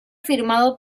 firmado